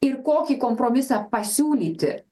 ir kokį kompromisą pasiūlyti